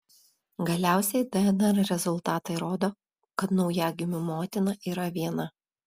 galiausiai dnr rezultatai rodo kad naujagimių motina yra viena